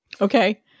Okay